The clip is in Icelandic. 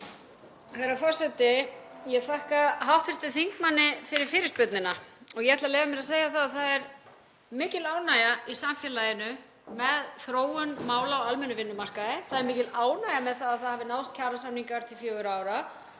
Herra forseti. Ég þakka hv. þingmanni fyrir fyrirspurnina. Ég ætla að leyfa mér að segja að það er mikil ánægja í samfélaginu með þróun mála á almennum vinnumarkaði. Það er mikil ánægja með að það hafi náðst kjarasamningar til fjögurra ára.